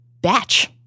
batch